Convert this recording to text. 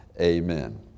Amen